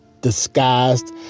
disguised